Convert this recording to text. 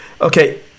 okay